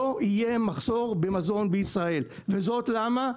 לא יהיה מחסור במזון בישראל וזאת למה?